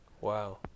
Wow